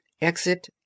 Exit